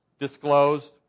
disclosed